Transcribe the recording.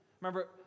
Remember